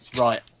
right